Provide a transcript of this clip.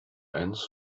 eines